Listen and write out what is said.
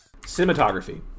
Cinematography